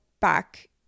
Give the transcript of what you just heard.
back